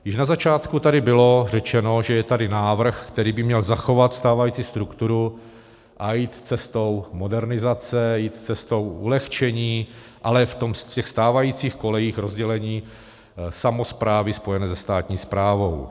Již na začátku tady bylo řečeno, že je tady návrh, který by měl zachovat stávající strukturu a jít cestou modernizace, jít cestou ulehčení, ale v stávajících kolejích rozdělení samosprávy spojené se státní správou.